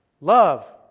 Love